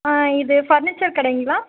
ஆ இது ஃபர்னீச்சர் கடைங்களா